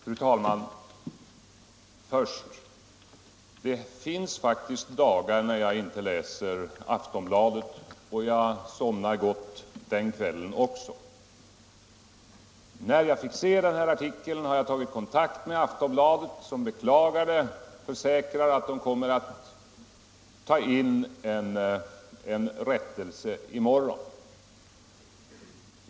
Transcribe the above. Fru talman! Det finns faktiskt dagar när jag inte läser Aftonbladet, och jag sover gott på kvällen då också. När jag fick se den här artikeln, tog jag kontakt med Aftonbladet, som beklagade och försäkrade att man skulle ta in en rättelse nästa dag.